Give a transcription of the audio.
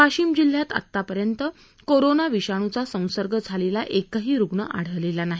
वाशिम जिल्ह्यात अद्यापपर्यंत कोरोना विषाणूचा संसर्ग झालेला एकही रुग्ण आढळलेला नाही